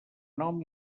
nom